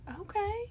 Okay